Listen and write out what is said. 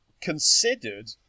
considered